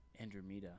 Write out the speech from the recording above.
Andromeda